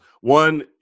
One